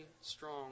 strong